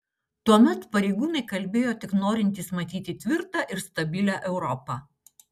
tuomet pareigūnai kalbėjo tik norintys matyti tvirtą ir stabilią europą